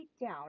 down